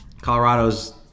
Colorado's